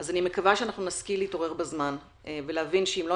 אז אני מקווה שאנחנו נשכיל להתעורר בזמן ולהבין שאם לא